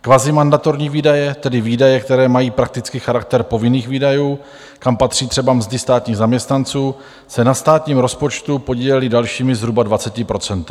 Kvazimandatorní výdaje, tedy výdaje, které mají prakticky charakter povinných výdajů, kam patří třeba mzdy státních zaměstnanců, se na státním rozpočtu podílely dalšími zhruba 20 %.